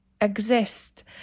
exist